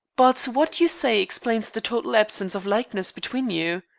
but what you say explains the total absence of likeness between you.